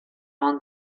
ond